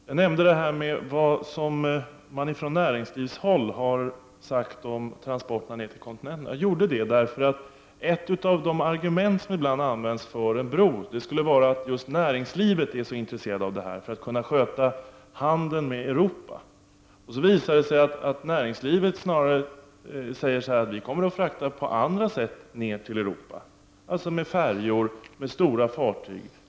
Fru talman! Jag nämnde vad man ifrån näringslivshåll har sagt om transporterna ned till kontinenten. Jag gjorde det eftersom ett av de argument som ibland används för en bro är att just näringslivet är så intresserat av detta för att kunna sköta handeln med Europa. Det visar sig i stället att näringslivet snarare säger att man kommer att frakta på andra sätt ned till Europa, med färjor och med stora fartyg.